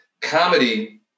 Comedy